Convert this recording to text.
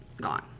gone